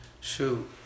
shoot